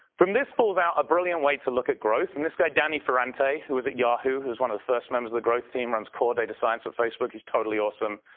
from this falls out a brilliant way to look at growth, and this guy danny ferrante who was at yahoo. who was one of the first members of the growth team runs core data science at facebook, he's totally awesome.